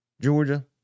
Georgia